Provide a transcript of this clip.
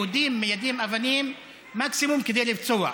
יהודים מיידים אבנים מקסימום כדי לפצוע.